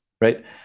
right